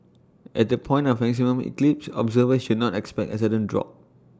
at the point of maximum eclipse observers should not expect A sudden drop